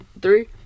three